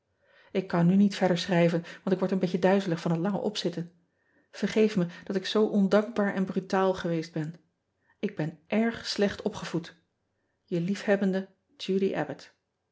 k kan nu niet verder schrijven want ik word een beetje duizelig van het lange opzitten ergeef me dat ik zoo ondankbaar en brutaal geweest ben k ben èrg slecht opgevoed e je liefhebbende udy